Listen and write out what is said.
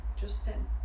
justin